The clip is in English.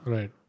Right